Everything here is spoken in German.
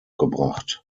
gebracht